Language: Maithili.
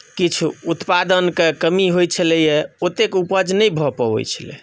किछु उत्पादनके कमी होइत छलैए ओतेक उपज नहि भऽ पबैत छलै